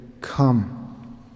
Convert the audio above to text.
come